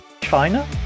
china